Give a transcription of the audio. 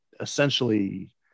essentially